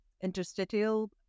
interstitial